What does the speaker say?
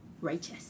righteous